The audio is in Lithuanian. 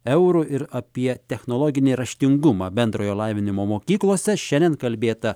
eurų ir apie technologinį raštingumą bendrojo lavinimo mokyklose šiandien kalbėta